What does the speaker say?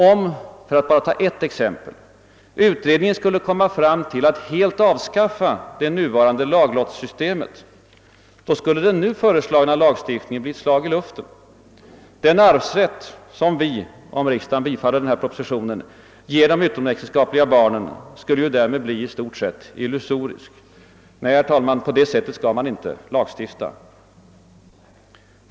, Om, för att bara ta ett exempel, utredningen skulle komma fram till att helt avskaffa det nuvarande laglottssystemet, skulle den föreslagna lagstiftningen bli ett slag i lufien. Den arvsrätt som vi, om riksdagen bifaller propositionen, ger de utomäktenskapliga barnen skulle därmed bli i stort sett illusorisk. Nej, herr talman, på det sättet skall man inte lagstifta.